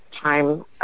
time